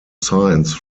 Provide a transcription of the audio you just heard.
science